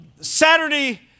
Saturday